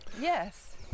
Yes